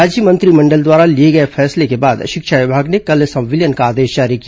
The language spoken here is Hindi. राज्य मंत्रिमंडल द्वारा लिए गए फैसले के बाद शिक्षा विभाग ने कल संविलियन का आदेश जारी किया